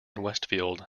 westfield